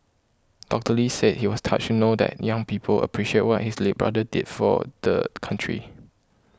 Doctor Lee said he was touched to know that young people appreciate what his late brother did for the country